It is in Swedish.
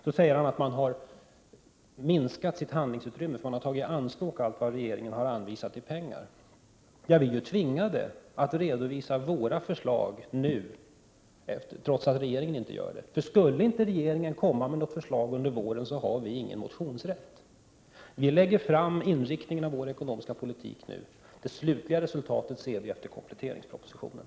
Så säger Arne Gadd att vi har minskat vårt handlingsutrymme, för vi har tagit i anspråk allt vad regeringen har anvisat i pengar. Vi är ju tvingade att redovisa våra förslag nu, trots att regeringen inte gör det, för skulle inte regeringen komma med något förslag under våren har vi ingen motionsrätt. Vi lägger fram inriktningen av vår ekonomiska politik nu. Det slutliga resultatet ser vi efter kompletteringspropositionen.